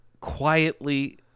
quietly